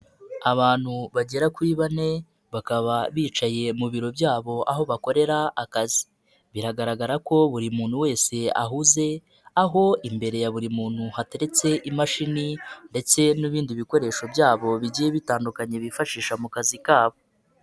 Abantu bagera kuri bane bakaba bicaye mu biro byabo aho bakorera akazi, biragaragara ko buri muntu wese ahuze aho imbere ya buri muntu hateretse imashini ndetse n'ibindi bikoresho byabo bigiye bitandukanye bifashisha mu kazi kabo.